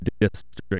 District